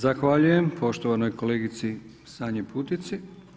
Zahvaljujem poštovanoj kolegici Sanji Putici.